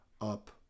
up